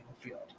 field